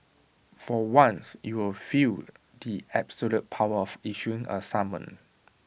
for once you'll feel the absolute power of issuing A summon